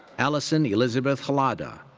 allison elizabeth chlada.